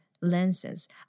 lenses